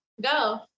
Go